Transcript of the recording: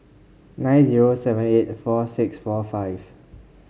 nine zero seven eight four six four five